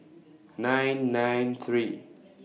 nine nine three